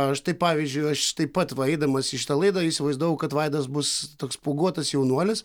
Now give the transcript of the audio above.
aš tai pavyzdžiui aš taip pat va eidamas į šitą laidą įsivaizdavau kad vaidas bus toks spuoguotas jaunuolis